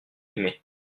aimé